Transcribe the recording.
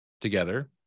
together